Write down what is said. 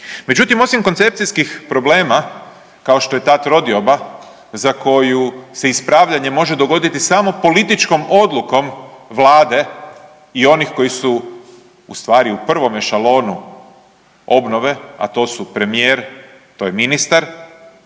Međutim, osim koncepcijskih problema kao što je ta trodioba za koju se ispravljanje može dogoditi samo političkom odlukom vlade i onih koji su u stvari u prvome šalonu obnove, a to su premijer, to je ministar,